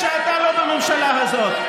כשאתה לא בממשלה הזאת,